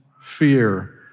fear